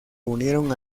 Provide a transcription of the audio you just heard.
unieron